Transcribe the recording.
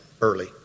early